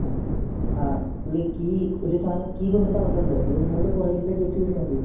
ആ ആ പുള്ളിക്ക് ഒരു സാധനം കീ കൊണ്ടുതന്നിട്ടുണ്ട് ഇതുംകൊണ്ട് പുറകിലത്തെ ഗേയ്റ്റ് കയറിയാല് മതിയോ